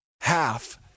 half